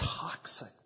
toxic